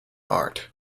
art